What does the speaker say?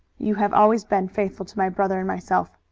you have always been faithful to my brother and myself.